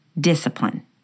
discipline